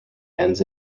ends